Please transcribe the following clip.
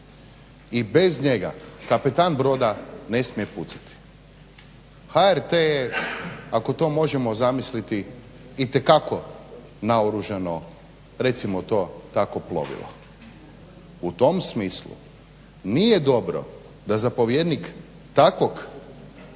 I bez njega kapetan broda ne smije pucati. HRT je ako to možemo zamisliti itekako naoružano recimo to tako plovilo. U tom smislu nije dobro da zapovjednik takve